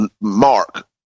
Mark